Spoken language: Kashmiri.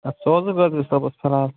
اَدٕ سوزُکھ زرگر صٲبَس فِلحال